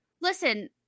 listen